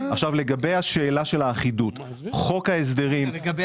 לגבי השאלה של האחידות חוק ההסדרים --- לגבי